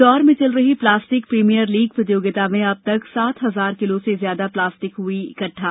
इंदौर में चल रही प्लास्टिक प्रीमियर लीग प्रतियोगिता में अब तक सात हजार किलो से ज्यादा प्लास्टिक हुआ इकट्ठा